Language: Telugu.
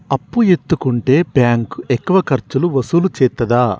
అప్పు ఎత్తుకుంటే బ్యాంకు ఎక్కువ ఖర్చులు వసూలు చేత్తదా?